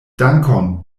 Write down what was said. dankon